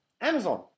Amazon